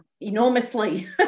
enormously